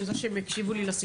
אני רוצה שהם יקשיבו לי לסיכום.